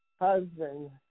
husband